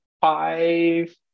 five